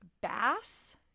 bass